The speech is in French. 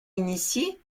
initiées